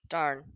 Darn